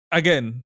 again